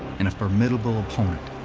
and a formidable opponent,